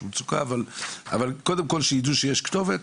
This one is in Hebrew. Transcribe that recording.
קודם כל שידעו שיש כתובת